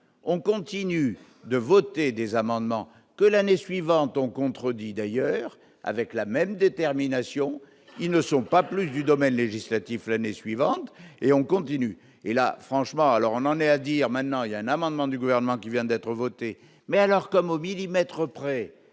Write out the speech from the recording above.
on continue de voter des amendements que l'année suivante on contredit d'ailleurs avec la même détermination, ils ne sont pas plus du domaine législatif, l'année suivante et on continue, et là, franchement, alors on en est à dire maintenant, il y a un amendement du gouvernement qui vient d'être votée, mais alors comment au millimètre auprès,